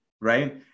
Right